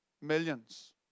millions